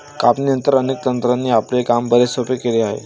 कापणीनंतर, अनेक तंत्रांनी आपले काम बरेच सोपे केले आहे